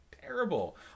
terrible